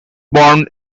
born